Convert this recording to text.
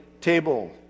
table